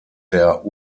der